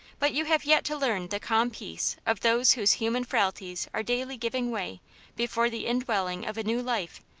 but you have yet to learn the calm peace of those whose human frailties are daily giving way before the indwelling of a new life,